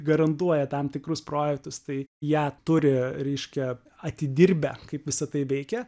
garantuoja tam tikrus projektus tai ją turi reiškia atidirbę kaip visa tai veikia